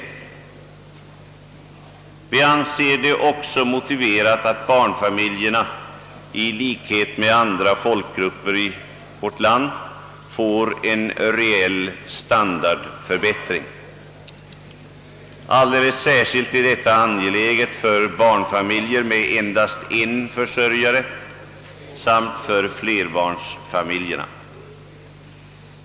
Vi anser det också motiverat att barnfamiljerna i likhet med andra folkgrupper i vårt land får en reell standardförbättring. Alldeles särskilt är detta angeläget för barnfamiljer med endast en försörjare samt för flerbarnsfamiljerna.